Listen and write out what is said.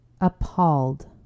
appalled